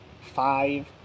five